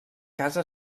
casa